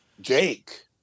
Jake